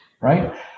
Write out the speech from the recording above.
Right